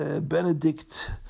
Benedict